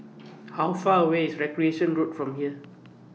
How Far away IS Recreation Road from here